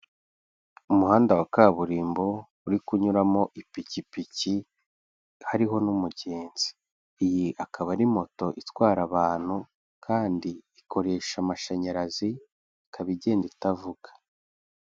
Umuhanda wa kaburimbo uri kunyuramo ipikipiki, hariho n'umugenzi, iyi akaba ari moto itwara abantu, kandi ikoresha amashanyarazi, ikaba igenda itavuga.